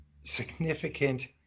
significant